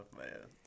man